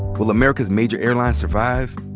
will america's major airlines survive?